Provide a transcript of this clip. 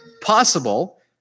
possible